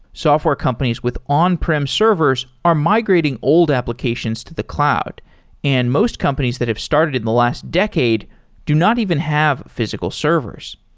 software companies with on-prem servers are migrating old applications to the cloud and most companies that have started in the last decade do not even have physical servers.